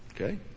Okay